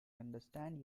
understand